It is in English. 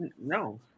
No